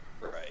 Right